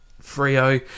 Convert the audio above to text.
Frio